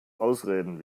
ausreden